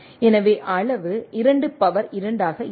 எனவே அளவு 2 பவர் 2 ஆக இருக்கும்